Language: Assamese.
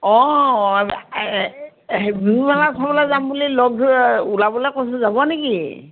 অঁ বিহু মেলা চাবলৈ যাম বুলি লগ ধৰ ওলাবলৈ কৈছোঁ যাব নেকি